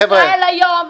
לישראל היום,